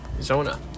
Zona